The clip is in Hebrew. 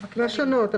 בפרק שונות.